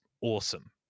awesome